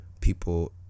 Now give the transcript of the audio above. people